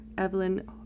Evelyn